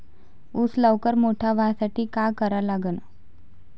ऊस लवकर मोठा व्हासाठी का करा लागन?